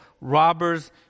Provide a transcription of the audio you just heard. robbers